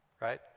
right